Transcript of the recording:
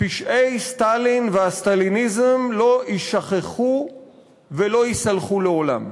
פשעי סטלין והסטליניזם לא יישכחו ולא ייסלחו לעולם.